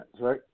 right